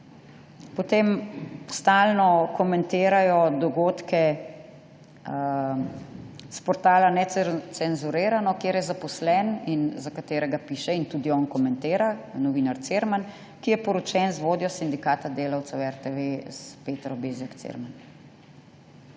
Potem stalno komentirajo dogodke s portala Necenzurirano, kjer je zaposlen in za katerega piše in tudi komentira novinar Cirman, ki je poročen z vodjo sindikata delavcev RTV Petro Bezjak Cirman.